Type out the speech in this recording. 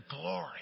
glory